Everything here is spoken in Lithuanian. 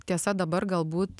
tiesa dabar galbūt